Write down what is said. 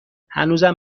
هنوزم